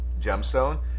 Gemstone